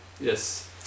Yes